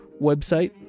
website